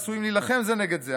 ועשויים להילחם זה נגד זה.